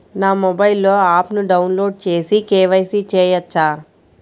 నా మొబైల్లో ఆప్ను డౌన్లోడ్ చేసి కే.వై.సి చేయచ్చా?